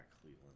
Cleveland